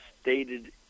stated